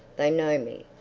they know me.